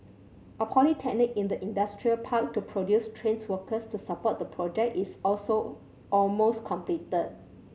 a polytechnic in the industrial park to produce trained workers to support the project is also almost completed